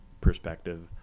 perspective